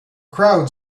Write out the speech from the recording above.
crowd